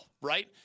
right